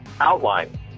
outline